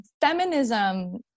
feminism